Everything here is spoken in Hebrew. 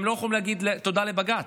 הם לא יכולים להגיד תודה לבג"ץ,